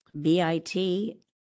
bit